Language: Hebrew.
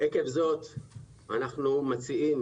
עקב זאת אנחנו מציעים